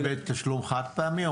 זה בתשלום חד-פעמי?